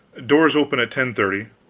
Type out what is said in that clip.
doors open at ten thirty,